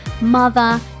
mother